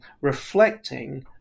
reflecting